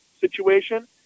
situation